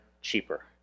cheaper